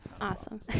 awesome